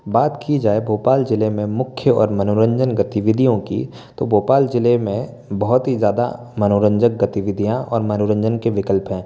बात की जाए भोपाल ज़िले में मुख्य और मनोरंजन गतिविधियों की तो भोपाल ज़िले में बहुत ही ज़्यादा मनोरंजक गतिविधियाँ और मनोरंजन के विकल्प हैं